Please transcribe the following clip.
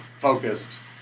focused